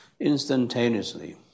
instantaneously